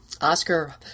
Oscar